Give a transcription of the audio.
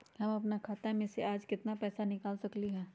हम अपन खाता में से आज केतना पैसा निकाल सकलि ह?